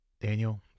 Daniel